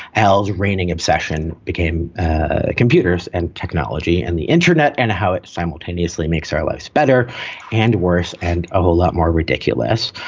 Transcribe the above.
al's reigning obsession became ah computers and technology and the internet and how it simultaneously makes our lives better and worse and a whole lot more ridiculous.